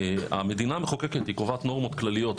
המדינה המחוקקת היא קובעת נורמות כלליות,